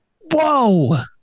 whoa